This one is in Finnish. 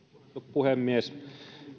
puhemies